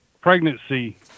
pregnancy